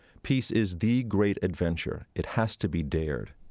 peace is the great adventure. it has to be dared.